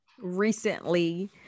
recently